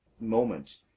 moment